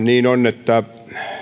niin on että